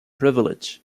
privilege